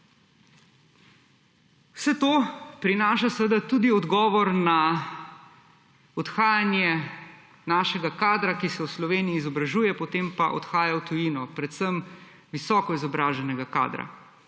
Vse to prinaša seveda tudi odgovor na odhajanje našega kadra, ki se v Sloveniji izobražuje, potem pa odhaja v tujino, predvsem visoko izobraženega kadra,